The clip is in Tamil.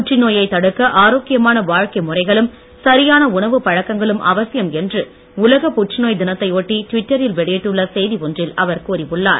புற்றுநோயை தடுக்க ஆரோக்கியமான வாழ்க்கை முறைகளும் சரியான உணவு பழக்கங்களும் அவசியம் என்று உலக புற்றுநோய் தினத்தை ஒட்டி டுவிட்டரில் வெளியிட்டுள்ள செய்தி ஒன்றில் அவர் கூறி உள்ளார்